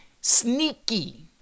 sneaky